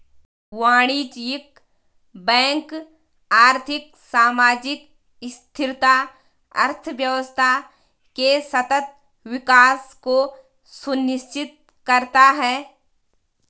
वाणिज्यिक बैंक आर्थिक, सामाजिक स्थिरता, अर्थव्यवस्था के सतत विकास को सुनिश्चित करता है